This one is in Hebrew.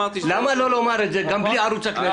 למה לא לומר את זה גם בלי ערוץ הכנסת?